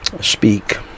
speak